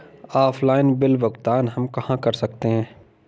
Offline bill भुगतान हम कहां कर सकते हैं?